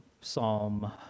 Psalm